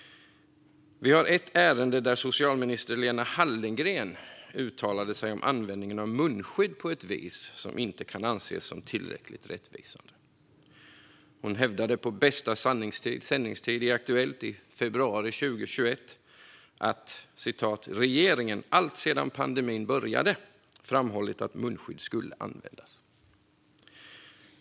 Vi har ett ärende om att socialminister Lena Hallengren uttalade sig om användningen av munskydd på ett vis som inte kan anses som tillräckligt rättvisande. Hon hävdade på bästa sändningstid i Aktuellt i februari 2021 att regeringen "sedan pandemin började" har framhållit att munskydd ska användas.